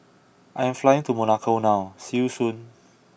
I am flying to Monaco now see you soon